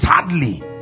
Sadly